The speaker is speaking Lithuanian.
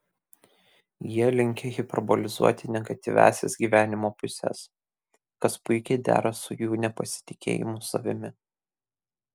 jie linkę hiperbolizuoti negatyviąsias gyvenimo puses kas puikiai dera su jų nepasitikėjimu savimi